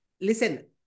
Listen